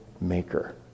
maker